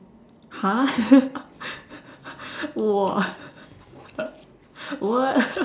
!huh! what what